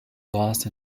lost